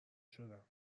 شدم